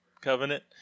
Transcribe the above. covenant